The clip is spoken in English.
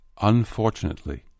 Unfortunately